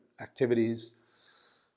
activities